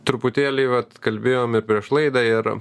truputėlį vat kalbėjom ir prieš laidą ir